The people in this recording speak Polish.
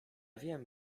wiem